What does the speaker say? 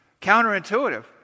counterintuitive